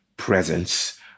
Presence